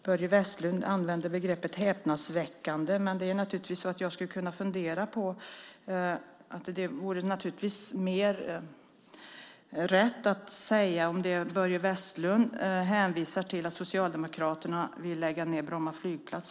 Börje Vestlund använde begreppet häpnadsväckande. Men det vore naturligtvis mer rätt att säga det om det som Börje Vestlund hänvisar till. Han hänvisar till att Socialdemokraterna vill lägga ned Bromma flygplats.